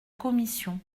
commission